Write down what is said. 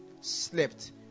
slept